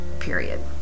period